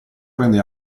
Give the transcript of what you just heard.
prende